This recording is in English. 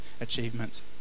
achievements